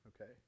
okay